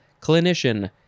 clinician